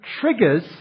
triggers